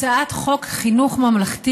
הצעת חוק חינוך ממלכתי,